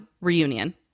reunion